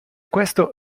questo